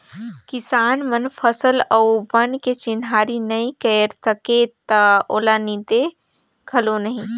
किसान मन फसल अउ बन के चिन्हारी नई कयर सकय त ओला नींदे घलो नई